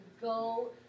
go